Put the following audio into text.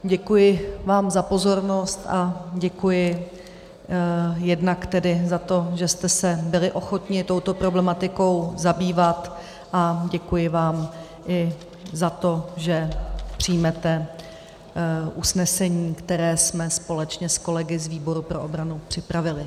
Děkuji vám za pozornost a děkuji jednak za to, že jste byli ochotni se touto problematikou zabývat, a děkuji vám i za to, že přijmete usnesení, které jsme společně s kolegy z výboru pro obranu připravili.